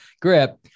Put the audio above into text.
grip